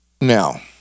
Now